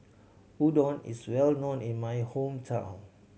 udon is well known in my hometown